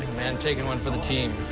man. taking one for the team.